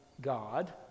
God